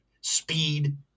speed